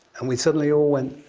and we suddenly all went,